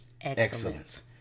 Excellence